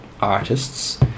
artists